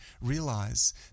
realize